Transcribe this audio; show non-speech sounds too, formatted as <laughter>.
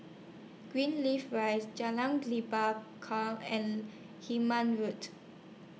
Greenleaf Rise Jalan Lebat <unintelligible> and Hemmant Road